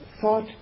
thought